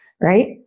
right